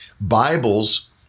Bibles